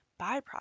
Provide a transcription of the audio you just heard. byproduct